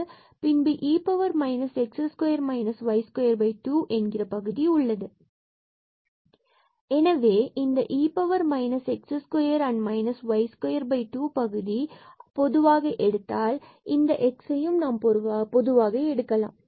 பின்பு e power minus x square minus y square 2 பகுதி உள்ளது எனவே இந்த e power minus x square minus y square 2 பகுதி ஆகியவற்றை பொதுவாக எடுத்தால் இந்த xஐ பொதுவாக எடுக்கலாம்